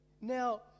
now